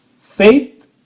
faith